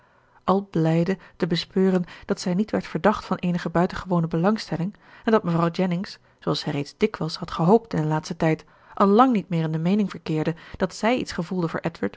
al blijde te bespeuren dat zij niet werd verdacht van eenige buitengewone belangstelling en dat mevrouw jennings zooals zij reeds dikwijls had gehoopt in den laatsten tijd al lang niet meer in de meening verkeerde dat zij iets gevoelde voor